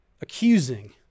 accusing